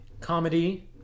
comedy